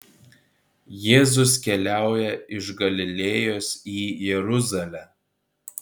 jėzus keliauja iš galilėjos į jeruzalę